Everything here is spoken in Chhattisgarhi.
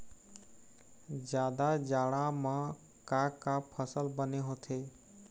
जादा जाड़ा म का का फसल बने होथे?